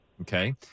okay